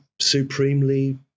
supremely